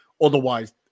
Otherwise